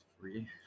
free